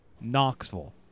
Knoxville